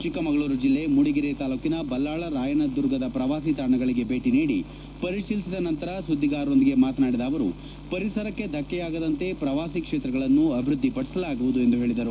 ಚಿಕ್ಕಮಗಳೂರು ಜಿಲ್ಲೆ ಮೂಡಿಗೆರೆ ತಾಲೂಕಿನ ಬಲ್ಲಾಳ ರಾಯನದುರ್ಗದ ಪ್ರವಾಸಿ ತಾಣಗಳಿಗೆ ಭೇಟಿ ನೀಡಿ ಪರಿಶೀಲಿಸಿದ ನಂತರ ಸುದ್ದಿಗಾರರೊಂದಿಗೆ ಮಾತನಾಡಿದ ಅವರು ಪರಿಸರಕ್ಕೆ ಧಕ್ಕೆಯಾಗದಂತೆ ಪ್ರವಾಸಿ ಕ್ಷೇತ್ರಗಳನ್ನು ಅಭಿವೃದ್ಧಿ ಪಡಿಸಲಾಗುವುದು ಎಂದು ಹೇಳದರು